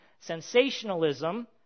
sensationalism